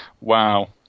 Wow